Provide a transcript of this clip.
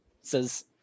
says